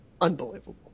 unbelievable